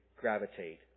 gravitate